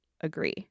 agree